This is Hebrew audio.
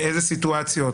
באיזה סיטואציות,